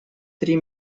три